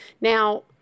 Now